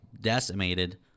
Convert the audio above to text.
decimated